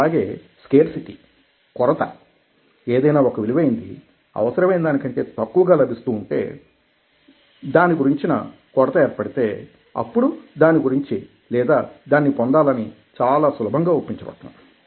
అలాగే స్కేర్సిటీ కొరత ఏదైనా ఒక విలువైనది అవసరమైనదానికంటే తక్కువగా లభిస్తుంటే అంటే దాని గురించిన కొరత ఏర్పడితే అప్పుడు దాని గురించి లేదా దానిని పొందాలని చాలా సులభంగా ఒప్పించబడతాము